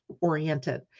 oriented